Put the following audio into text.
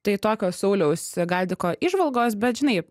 tai tokios sauliaus galdiko įžvalgos bet žinai